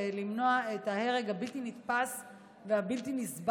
למנוע את ההרג הבלתי-נתפס והבלתי-נסבל,